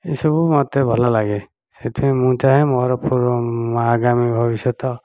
ଏହିସବୁ ମୋତେ ଭଲ ଲାଗେ ସେଥିପାଇଁ ମୁଁ ଚାହେଁ ମୋର ପୂର୍ବ ଆଗାମୀ ଭବିଷ୍ୟତ